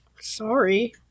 Sorry